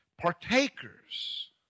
partakers